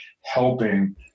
helping